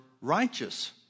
righteous